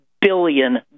billion